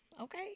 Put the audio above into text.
okay